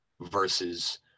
versus